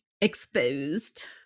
Exposed